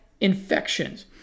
infections